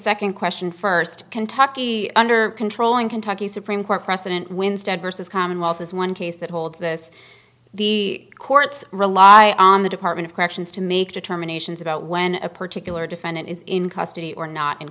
second question first kentucky under control in kentucky supreme court precedent winstead versus commonwealth as one case that holds this the courts rely on the department of corrections to make determinations about when a particular defendant is in custody or not in